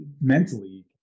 mentally